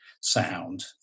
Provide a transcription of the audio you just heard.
sound